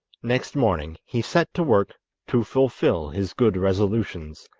next morning he set to work to fulfil his good resolutions.